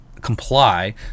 comply